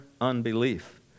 unbelief